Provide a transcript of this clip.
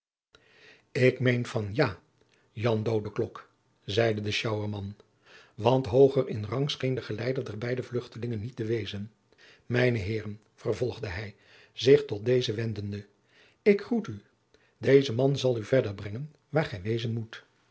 ik meen van ja zeide de sjouwerman want hooger in rang scheen de geleider der beide vluchtelingen niet te wezen mijne heeren vervolgde hij zich tot deze wendende ik groet u deze man zal u verder brengen waar gij wezen moet